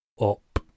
up